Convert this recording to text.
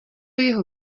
jeho